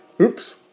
Oops